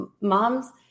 moms